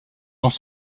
dans